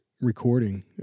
recording